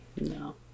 No